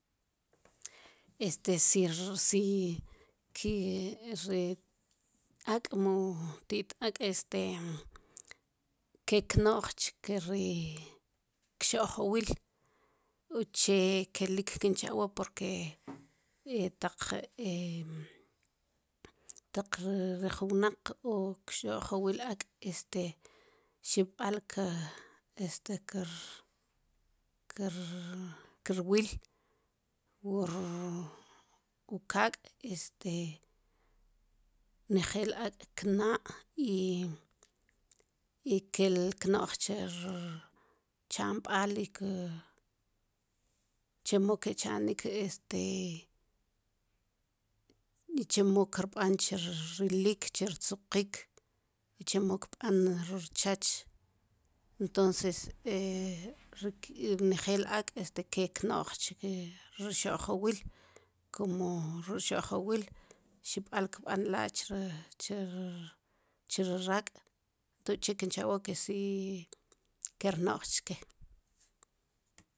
Este si ri si ki ri ak' mu ti'tak' este ke kno'j chkere kxo'jwil uche kelik kin cha'wa, porque taq taq ri ju wnaqo kxo'jwil ak' este xib'al este kir wil wur kak' este njel ak'kna'y kel kno'j chu rchamb'al chemo ki'cha'nik este y chemo kirb'an chu rilik chu rtzuqik chemo kb'an ri rchoch entonces ri knel ak' este kel kno'j chrij ri rxo'jwil xib'al kb'an la'chre chi chiri raak' tok'chi' kin cha'wa ke si kel rno'j chke.